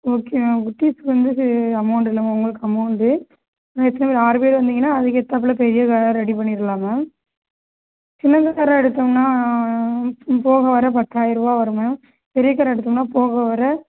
okay ma'am குட்டிஸுக்கு வந்துவிட்டு amount இல்லை மேம் உங்களுக்கு அமௌண்டு மேக்ஸிமம் ஆறு பேர் வந்திங்கன்னா அதுக்கேத்தாப்பில பெரிய காராக ரெடி பண்ணிரலாம் மேம் சின்ன காராக எடுத்தோம்ன்னா போக வர பத்தாயிரூவா வரும் மேம் பெரிய காராக எடுத்தோம்ன்னா போக வர